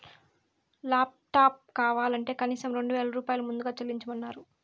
laptop కావాలంటే కనీసం రెండు వేల రూపాయలు ముందుగా చెల్లించమన్నరు